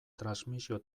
transmisio